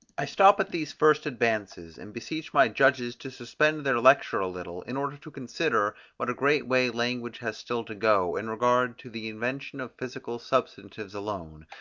i stop at these first advances, and beseech my judges to suspend their lecture a little, in order to consider, what a great way language has still to go, in regard to the invention of physical substantives alone,